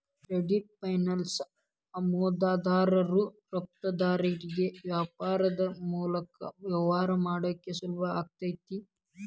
trade finance ಆಮದುದಾರರು ರಫ್ತುದಾರರಿಗಿ ವ್ಯಾಪಾರದ್ ಮೂಲಕ ವ್ಯವಹಾರ ಮಾಡಾಕ ಸುಲಭಾಕೈತಿ